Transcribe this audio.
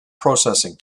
processing